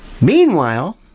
Meanwhile